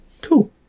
Cool